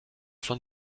von